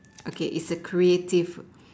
okay it's a creative